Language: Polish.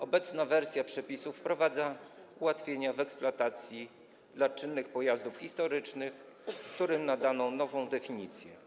Obecna wersja przepisów wprowadza ułatwienia w eksploatacji czynnych pojazdów historycznych, którym nadano nową definicję.